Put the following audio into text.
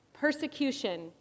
persecution